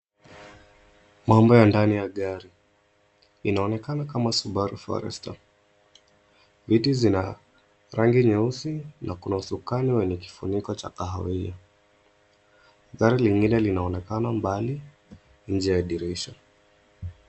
Mambo ya ndani ya gari, inaonekana kama Subaru Forester. Viti zina rangi nyeusi na kuna usukani wenye kifuniko cha kahawia. Gari lingine linaonekana mbali nje ya dirisha.